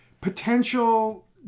Potential